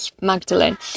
Magdalene